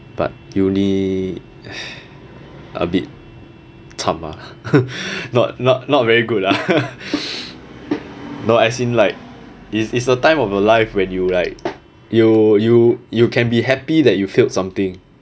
but uni a bit cham ah not not not very good lah no as in like it's it's the time of your life when you like you you you can be happy that you failed something